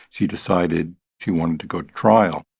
she decided she wanted to go to trial